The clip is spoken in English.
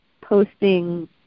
posting